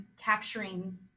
capturing